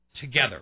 together